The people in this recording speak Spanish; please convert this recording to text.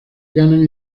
ganan